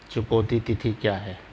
चुकौती तिथि क्या है?